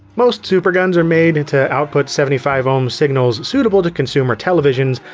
most superguns are made to output seventy five ohm signals suitable to consumer televisions,